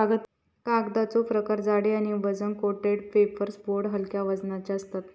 कागदाचो प्रकार जाडी आणि वजन कोटेड पेपर बोर्ड हलक्या वजनाचे असतत